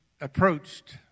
approached